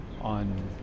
on